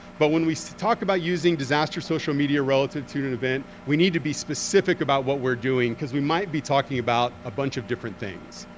but when we talk about using disaster social media relative to to an event, we need to be specific about what we're doing cause we might be talking about a bunch of different things.